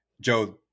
Joe